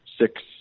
six